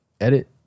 edit